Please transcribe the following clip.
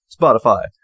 Spotify